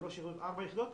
3 יחידות ו-4 יחידות,